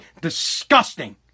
disgusting